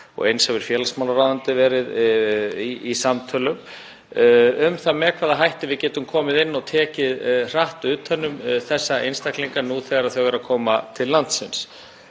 og eins hefur félagsmálaráðuneytið verið í samtölum um með hvaða hætti við getum komið inn og tekið hratt utan um þessa einstaklinga nú þegar þeir eru að koma til landsins.